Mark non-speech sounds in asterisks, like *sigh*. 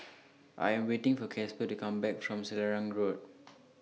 *noise* I Am waiting For Casper to Come Back from Selarang Road *noise*